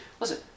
listen